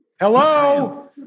Hello